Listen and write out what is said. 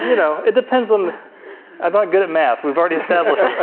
you know it depends, um i'm not good at math we've already established